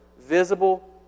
visible